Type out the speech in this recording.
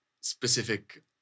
specific